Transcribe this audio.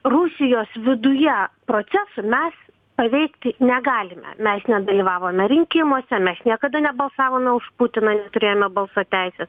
rusijos viduje procesų mes paveikti negalime mes nedalyvavome rinkimuose mes niekada nebalsavome už putiną neturėjome balso teisės